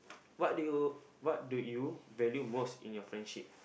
what do you what do you value most in your friendship